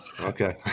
okay